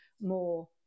more